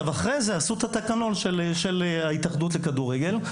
אחרי זה עשו את התקנון של ההתאחדות לכדורגל.